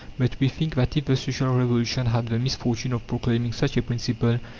but we think that if the social revolution had the misfortune of proclaiming such a principle,